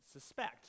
suspect